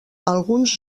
alguns